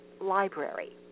Library